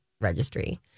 registry